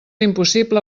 impossible